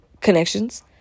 connections